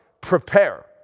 Prepare